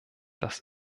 das